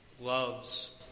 loves